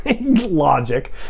logic